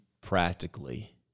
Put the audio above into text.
practically